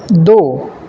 دو